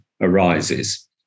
arises